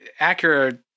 Acura